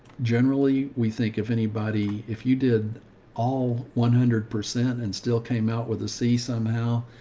generally we think of anybody, if you did all one hundred percent and still came out with a c somehow, ah,